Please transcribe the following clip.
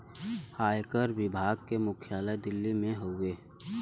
आयकर विभाग के मुख्यालय दिल्ली में हउवे